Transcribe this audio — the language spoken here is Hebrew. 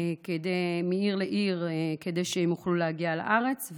מעיר לעיר כדי שהם יוכלו להגיע לארץ.